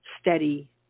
steady